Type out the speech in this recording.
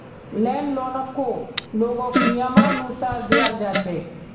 land लोनकको लोगक नियमानुसार दियाल जा छेक